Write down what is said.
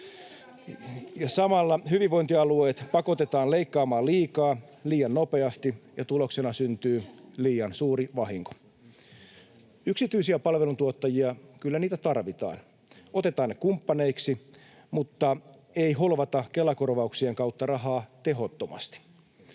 Samalla hyvinvointialueet pakotetaan leikkaamaan liikaa ja liian nopeasti, ja tuloksena syntyy liian suuri vahinko. Kyllä yksityisiä palveluntuottajia tarvitaan. Otetaan ne kumppaneiksi, mutta ei holvata Kela-korvauksien kautta rahaa tehottomasti.